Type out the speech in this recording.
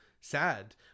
sad